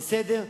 זה סדר,